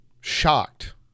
shocked